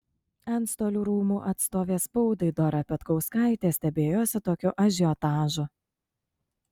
antstolių rūmų atstovė spaudai dora petkauskaitė stebėjosi tokiu ažiotažu